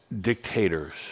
Dictators